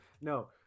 No